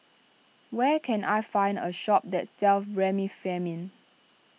where can I find a shop that sells Remifemin